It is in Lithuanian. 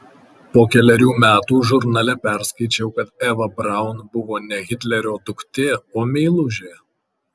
po kelerių metų žurnale perskaičiau kad eva braun buvo ne hitlerio duktė o meilužė